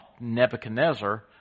Nebuchadnezzar